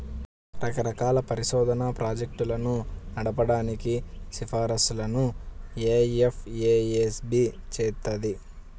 రకరకాల పరిశోధనా ప్రాజెక్టులను నడపడానికి సిఫార్సులను ఎఫ్ఏఎస్బి చేత్తది